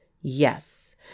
yes